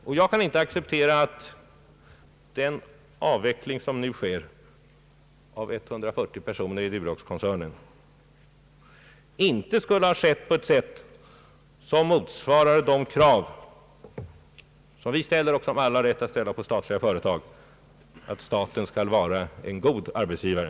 Och jag kan inte acceptera påståendet att avvecklingen när det gäller 140 i Duroxkoncernen anställda inte skulle ha skett på ett sätt som motsvarar de krav som vi ställer och som alla har rätt att ställa på statliga företag, nämligen att de skall vara goda arbetsgivare.